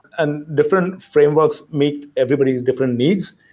and different frameworks meet everybody's different needs.